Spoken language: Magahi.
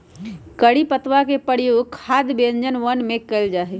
करी पत्तवा के प्रयोग खाद्य व्यंजनवन में कइल जाहई